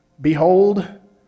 Behold